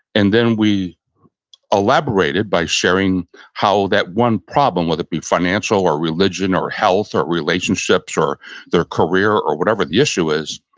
and then, we elaborated by sharing how that one problem whether it be financial or religion or health or relationships or their career or whatever the issue is,